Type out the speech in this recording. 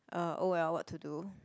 uh oh well what to do